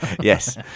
Yes